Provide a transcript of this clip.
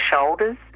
shoulders